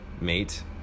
mate